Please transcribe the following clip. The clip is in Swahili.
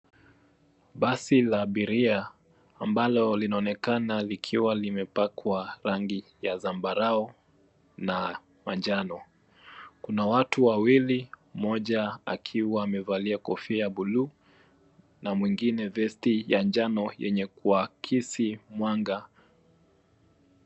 Basi la abiria ambalo linaonekana likiwa limepakwa rangi ya zambarau na manjano. Kuna watu wawili, mmoja akiwa amevalia kofia ya bluu na mwingine vesti ya njano yenye kuakisi mwanga.